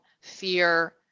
fear